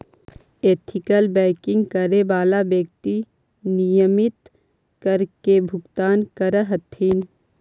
ethical banking करे वाला व्यक्ति नियमित कर के भुगतान करऽ हथिन